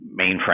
mainframe